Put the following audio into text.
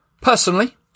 Personally